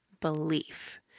belief